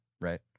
right